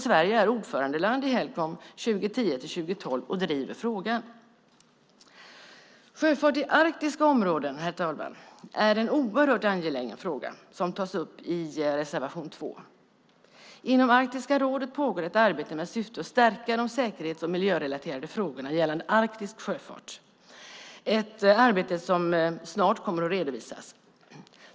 Sverige är ordförandeland i Helcom åren 2010-2012 och driver frågan. Herr talman! Sjöfart i arktiska områden är en oerhört angelägen fråga som tas upp i reservation 2. Inom Arktiska rådet pågår ett arbete i syfte att stärka de säkerhets och miljörelaterade frågorna gällande arktisk sjöfart - ett arbete som snart kommer att redovisas.